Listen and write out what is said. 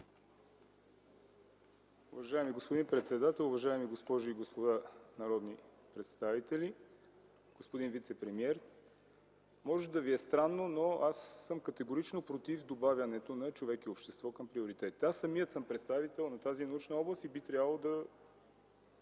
господин вицепремиер, уважаеми госпожи и господа народни представители! Може да ви е странно, но аз съм категорично против добавянето на „Човек и общество” към приоритетите. Аз самият съм представител на тази научна област и би трябвало да